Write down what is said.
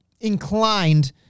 inclined